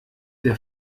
der